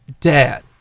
Dad